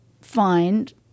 find